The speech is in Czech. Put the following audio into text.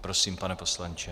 Prosím, pane poslanče.